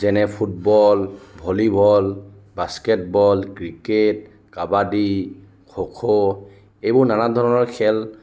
যেনে football volleyball basketball cricket kabaddi kho kho এইবোৰ নানান ধৰণৰ খেল